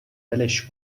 ولش